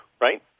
Right